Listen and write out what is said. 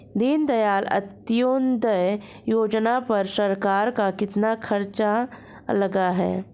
दीनदयाल अंत्योदय योजना पर सरकार का कितना खर्चा लगा है?